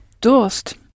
Durst